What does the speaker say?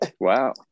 Wow